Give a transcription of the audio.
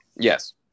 yes